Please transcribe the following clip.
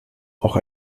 auch